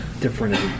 different